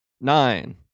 Nine